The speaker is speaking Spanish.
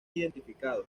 identificados